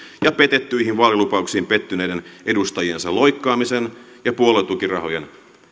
ja petettyihin vaalilupauksiin pettyneiden edustajiensa loikkaamisen ja puoluetukirahojen